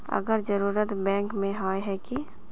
अगर जरूरत बैंक में होय है की?